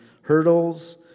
hurdles